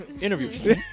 Interview